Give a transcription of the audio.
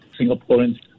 Singaporeans